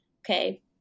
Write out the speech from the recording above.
Okay